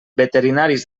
veterinaris